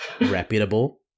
Reputable